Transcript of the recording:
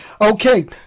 Okay